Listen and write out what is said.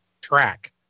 track